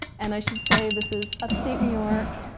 and i should say, this is upstate new york,